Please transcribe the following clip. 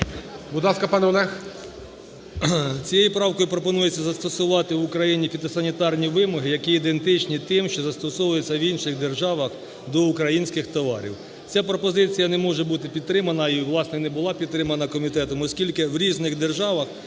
КУЛІНІЧ О.І. Цією правкою пропонується застосувати в Україні фітосанітарні вимоги, які ідентичні тим, що застосовуються в інших державах до українських товарів. Ця пропозиція не може бути підтримати і, власне, не була підтримана комітетом, оскільки в різних державах